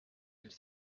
qu’il